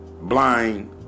blind